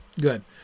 good